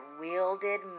wielded